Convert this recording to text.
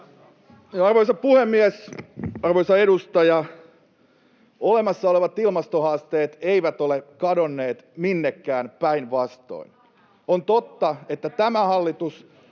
Arvoisa puhemies! Arvoisa edustaja! Olemassa olevat ilmastohaasteet eivät ole kadonneet minnekään, päinvastoin. On totta, että tämä hallitus